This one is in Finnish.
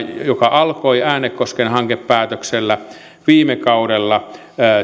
joka alkoi äänekosken hankepäätöksellä viime kaudella